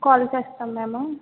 call చేస్తాము మేము